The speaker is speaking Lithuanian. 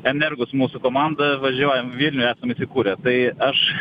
energus mūsų komanda važiuojam vilniuje įsikūrė tai aš